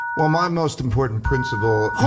well my most important principle